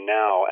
now